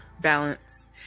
Balance